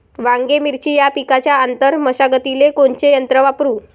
वांगे, मिरची या पिकाच्या आंतर मशागतीले कोनचे यंत्र वापरू?